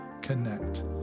Connect